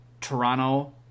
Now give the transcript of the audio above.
Toronto